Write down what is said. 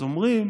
אז אומרים: